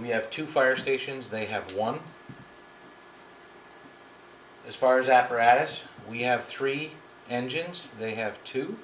we have two fire stations they have one as far as apparatus we have three engines they have t